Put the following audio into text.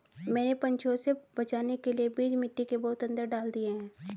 मैंने पंछियों से बचाने के लिए बीज मिट्टी के बहुत अंदर डाल दिए हैं